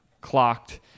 clocked